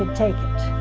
um take it.